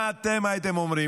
מה אתם הייתם אומרים?